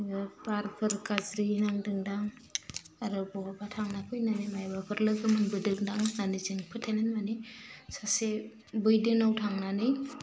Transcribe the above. नोङो बारफोर गाज्रि नांदोंदां आरो बहाबा थांना फैनाय मायबाफोर लोगो मोनबोदों दां सानो जों फोथाइनाय होन्नानै सासे बैध्देनाव थांनानै